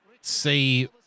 see